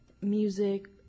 music